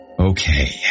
Okay